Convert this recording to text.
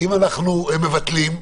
אנחנו מבטלים,